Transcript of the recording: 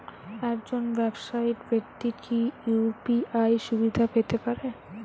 একজন ব্যাবসায়িক ব্যাক্তি কি ইউ.পি.আই সুবিধা পেতে পারে?